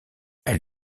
elle